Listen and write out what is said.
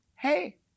Hey